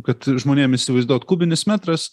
kad žmonėm įsivaizduot kubinis metras